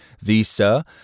Visa